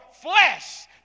flesh